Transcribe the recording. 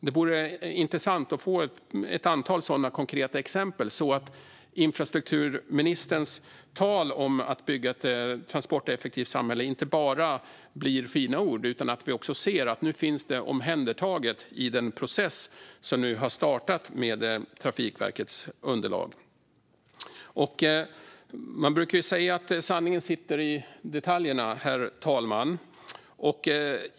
Det vore intressant att få höra ett antal sådana konkreta exempel, så att infrastrukturministerns tal om att bygga ett transporteffektivt samhälle inte blir bara fina ord utan att vi också kan se att det är omhändertaget i den process som nu har startats med Trafikverkets underlag. Det brukar sägas att sanningen sitter i detaljerna, herr talman.